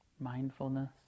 mindfulness